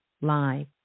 live